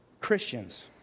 Christians